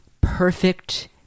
perfect